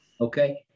okay